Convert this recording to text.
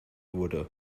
wurde